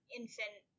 infant